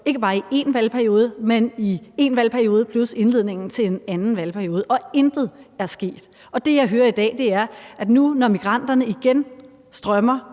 ikke bare en valgperiode, men i en valgperiode plus indledningen til en anden valgperiode, og intet er sket. Og det, jeg hører i dag, er, at nu, når migranter igen strømmer